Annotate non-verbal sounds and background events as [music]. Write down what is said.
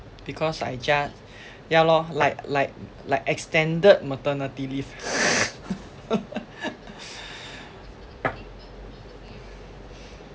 because I ju~ ya lor like like like extended maternity leave [laughs]